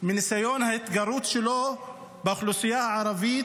מניסיון ההתגרות שלו באוכלוסייה הערבית